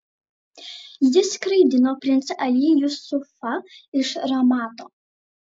jis skraidino princą ali jusufą iš ramato